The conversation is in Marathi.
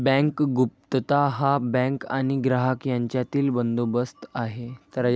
बँक गुप्तता हा बँक आणि ग्राहक यांच्यातील बंदोबस्त आहे